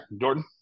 Jordan